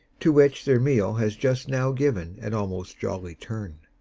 to which their meal has just now given an almost jolly turn.